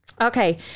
Okay